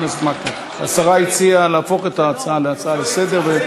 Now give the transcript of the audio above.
השרה הציעה להפוך את ההצעה להצעה לסדר-היום.